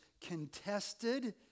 contested